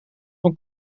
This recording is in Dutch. van